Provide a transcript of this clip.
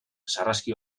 sarraski